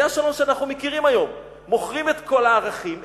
זה השלום שאנחנו מכירים היום: מוכרים את כל הערכים,